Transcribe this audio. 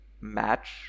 match